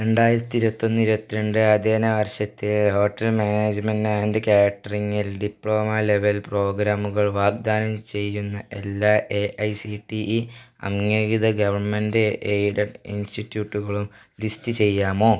രണ്ടായിരത്തി ഇരുപത്തൊന്ന് ഇരുപത്തി രണ്ട് അധ്യയന വർഷത്തെ ഹോട്ടൽ മാനേജ്മെൻറ് ആൻഡ് കാറ്ററിങ്ങിൽ ഡിപ്ലോമ ലെവൽ പ്രോഗ്രാമുകൾ വാഗ്ദാനം ചെയ്യുന്ന എല്ലാ A I C T E അംഗീകൃത ഗവൺമെൻറ് എയ്ഡഡ് ഇൻസ്റ്റിറ്റ്യൂട്ടുകളും ലിസ്റ്റ് ചെയ്യാമോ